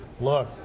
look